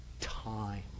time